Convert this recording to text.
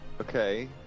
Okay